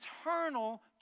eternal